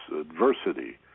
adversity